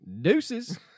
Deuces